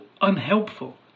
unhelpful